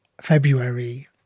February